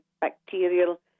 bacterial